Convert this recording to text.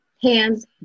Hands